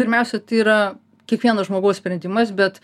pirmiausia tai yra kiekvieno žmogaus sprendimas bet